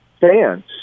fans